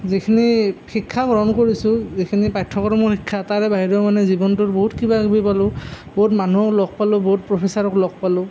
যিখিনি শিক্ষা গ্ৰহণ কৰিছোঁ যিখিনি পাঠ্যক্ৰমৰ শিক্ষা তাৰে বাহিৰেও মানে জীৱনটোত বহুত কিবা কিবি পালোঁ বহুত মানুহক লগ পালোঁ বহুত প্ৰফেছাৰক লগ পালোঁ